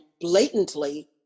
blatantly